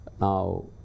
Now